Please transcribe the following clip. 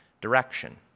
direction